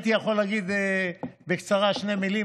הייתי יכול להגיד בקצרה שתי מילים,